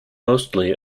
mostly